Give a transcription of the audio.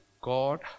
God